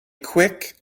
quick